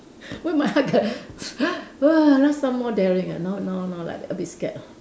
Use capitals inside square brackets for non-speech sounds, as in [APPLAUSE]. [LAUGHS] why my heart dare [LAUGHS] !wah! last time more daring ah now now now like a bit scared ah